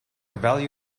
value